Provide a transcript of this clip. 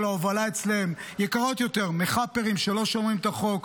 ההובלה יקרות יותר מחאפרים שלא שומרים על החוק.